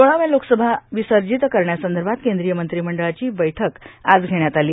सोळाव्या लोकसभा विसर्जित करण्यासंदर्भात केंद्रीय मंत्रिमंडळाची बैठक आज घेण्यात आली